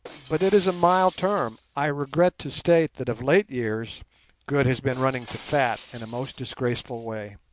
but it is a mild term i regret to state that of late years good has been running to fat in a most disgraceful way.